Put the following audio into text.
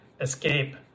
escape